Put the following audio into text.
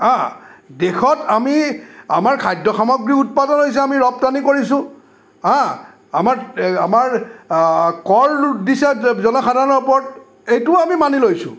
হাঁ দেশত আমি আমাৰ খাদ্য সামগ্ৰী উৎপাদন হৈছে আমি ৰপ্তানি কৰিছোঁ হাঁ আমাৰ এ আমাৰ কৰ দিছে জনসাধাৰণৰ ওপৰত এইটো আমি মানি লৈছোঁ